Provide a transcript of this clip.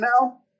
now